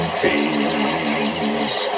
peace